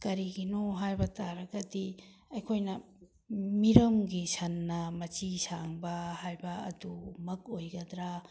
ꯀꯔꯤꯒꯤꯅꯣ ꯍꯥꯏꯕ ꯇꯥꯔꯒꯗꯤ ꯑꯩꯈꯣꯏꯅ ꯃꯤꯔꯝꯒꯤ ꯁꯟꯅ ꯃꯆꯤ ꯁꯥꯡꯕ ꯍꯥꯏꯕ ꯑꯗꯨꯃꯛ ꯑꯣꯏꯒꯗ꯭ꯔꯥ